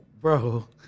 bro